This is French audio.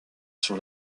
sur